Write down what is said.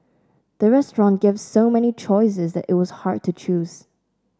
the restaurant gave so many choices that it was hard to choose